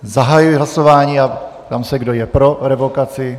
Zahajuji hlasování a ptám se, kdo je pro revokaci.